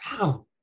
wow